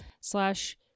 slash